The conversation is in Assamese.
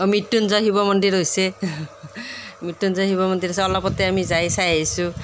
অঁ মৃত্যুঞ্জয় শিৱ মন্দিৰ হৈছে মৃত্যুঞ্জয় শিৱ মন্দিৰ হৈছে অলপতে আমি যাই চাই আহিছোঁ